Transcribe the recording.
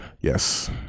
Yes